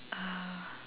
uh